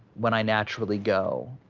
when i naturally go.